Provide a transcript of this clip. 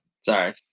Sorry